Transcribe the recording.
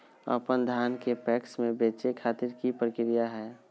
अपन धान के पैक्स मैं बेचे खातिर की प्रक्रिया हय?